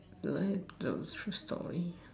like to share story